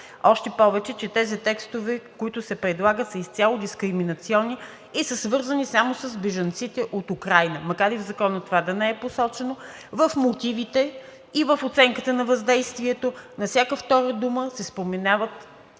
още повече, че тези текстове, които се предлагат, са изцяло дискриминационни и са свързани само с бежанците от Украйна. Макар и в Закона това да не е посочено, в мотивите и в оценката на въздействието на всяка втора дума се споменават